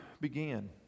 began